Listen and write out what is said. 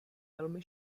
velmi